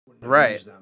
right